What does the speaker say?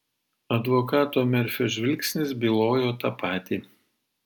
advokato merfio žvilgsnis bylojo tą patį